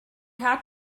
had